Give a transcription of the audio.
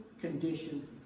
condition